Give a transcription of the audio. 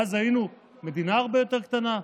ואז היינו מדינה הרבה יותר קטנה,